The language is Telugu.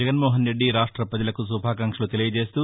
జగన్మోహనరెడ్డి రాష్ట్ర ప్రజలకు శుభాకాంక్షలు తెలియజేస్తా